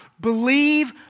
Believe